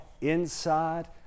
inside